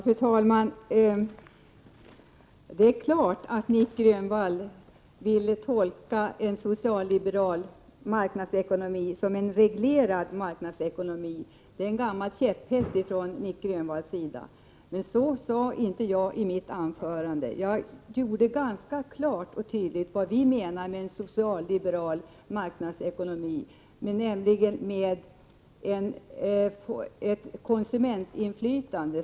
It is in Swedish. Fru talman! Nic Grönvall vill självfallet tolka en socialliberal marknadsekonomi som en reglerad marknadsekonomi. Det är Nic Grönvalls gamla käpphäst. Men så uttryckte jag mig inte i mitt anförande. Jag sade ganska klart och tydligt vad vi menar med en socialliberal marknadsekonomi. En sådan omfattar nämligen ett konsumentinflytande.